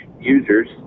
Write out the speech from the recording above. users